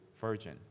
virgin